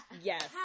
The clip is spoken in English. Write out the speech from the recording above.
Yes